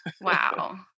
Wow